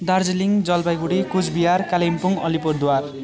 Darjeeling Jalpaiguri Cooch Behar Kalimpong Alipurduar